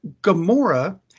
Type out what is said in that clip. Gamora